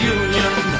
union